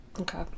Okay